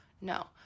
no